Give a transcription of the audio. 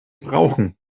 brauchen